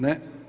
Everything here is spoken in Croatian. Ne.